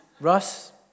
Russ